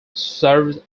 served